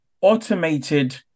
automated